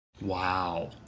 Wow